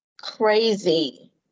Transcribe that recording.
crazy